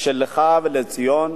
שלך ולציון